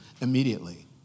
immediately